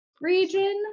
region